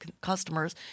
customers